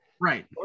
right